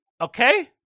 okay